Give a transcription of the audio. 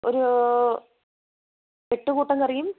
ഒരൂ എട്ട് കൂട്ടം കറിയും